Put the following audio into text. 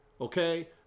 okay